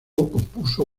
compuso